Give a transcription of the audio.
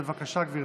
בבקשה, גברתי.